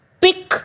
pick